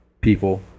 people